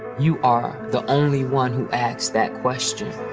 you are the only one who asks that question.